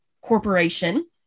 Corporation